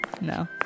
No